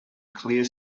clear